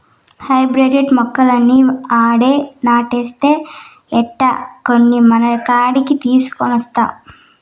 hybrid మొక్కలన్నీ ఆడే నాటేస్తే ఎట్టా, కొన్ని మనకాడికి తీసికొనొస్తా